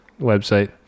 website